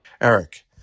Eric